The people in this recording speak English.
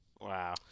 Wow